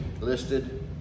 listed